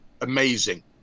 amazing